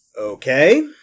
Okay